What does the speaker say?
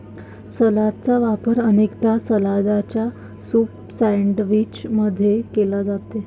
सलादचा वापर अनेकदा सलादच्या सूप सैंडविच मध्ये केला जाते